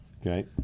Okay